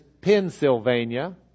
Pennsylvania